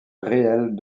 réelles